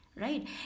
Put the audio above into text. Right